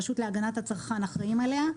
הרשות להגנת הצרכן אחראים עליה,